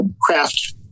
craft